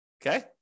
Okay